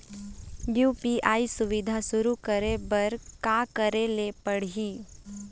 UPI सुविधा शुरू करे बर का करे ले पड़ही?